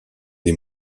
des